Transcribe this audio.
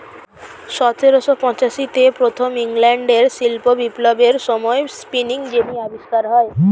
সতেরোশো পঁয়ষট্টিতে প্রথম ইংল্যান্ডের শিল্প বিপ্লবের সময়ে স্পিনিং জেনি আবিষ্কার হয়